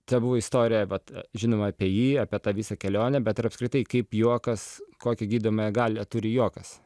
tebuvo istorija vat žinoma apie jį apie tą visą kelionę bet ir apskritai kaip juokas kokią gydomąją galią turi juokas